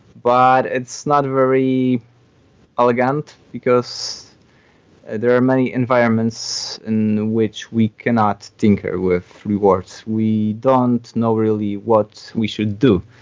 but it's not very elegant, because there are many environments in which we cannot tinker with rewards. we don't know really what we should do.